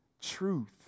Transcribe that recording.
truth